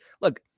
look